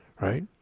Right